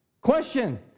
Question